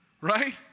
right